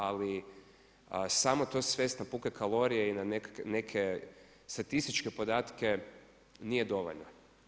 Ali samo to svest na puke kalorije i na neke statističke podatke nije dovoljna.